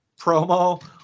promo